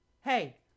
hey